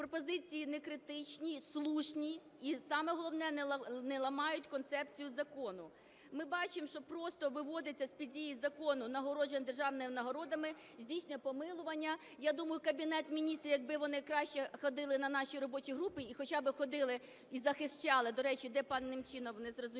пропозиції не критичні, слушні і, саме головне, не ламають концепцію закону. Ми бачимо, що просто виводиться з-під дії закону нагородження державними нагородами, здійснює помилування. Я думаю, Кабінет Міністрів, якби вони краще ходили на наші робочі групи і хоча би ходили і захищали (до речі, де пан Немчінов, незрозуміло